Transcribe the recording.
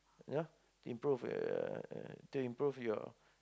you know improve uh to improve your